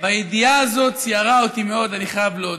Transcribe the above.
והידיעה הזאת ציערה אותי מאוד, אני חייב להודות.